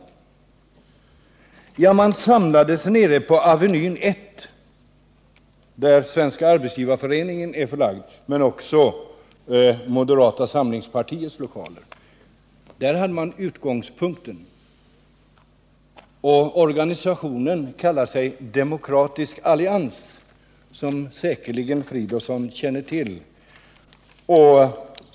Och de samlades på Avenyn 1, där Svenska arbetsgivareföreningen är förlagd men där också moderata samlingspartiets lokaler finns. Där hade de utgångspunkten. Organisationen kallar sig Demokratisk allians, och den känner säkerligen herr Fridolfsson till.